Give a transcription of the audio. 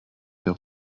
der